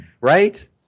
right